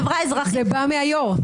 זה בא מהיושב-ראש.